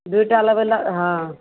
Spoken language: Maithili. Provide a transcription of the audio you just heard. दू टा लेबै लऽ हँ